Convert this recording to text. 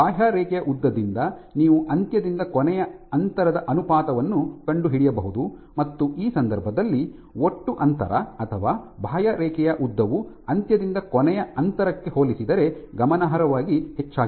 ಬಾಹ್ಯರೇಖೆಯ ಉದ್ದದಿಂದ ನೀವು ಅಂತ್ಯದಿಂದ ಕೊನೆಯ ಅಂತರದ ಅನುಪಾತವನ್ನು ಕಂಡುಹಿಡಿಯಬಹುದು ಮತ್ತು ಈ ಸಂದರ್ಭದಲ್ಲಿ ಒಟ್ಟು ಅಂತರ ಅಥವಾ ಬಾಹ್ಯರೇಖೆಯ ಉದ್ದವು ಅಂತ್ಯದಿಂದ ಕೊನೆಯ ಅಂತರಕ್ಕೆ ಹೋಲಿಸಿದರೆ ಗಮನಾರ್ಹವಾಗಿ ಹೆಚ್ಚಾಗಿದೆ